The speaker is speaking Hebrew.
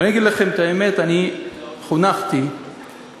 ואני אגיד לכם את האמת, אני חונכתי שהאמת